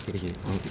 okay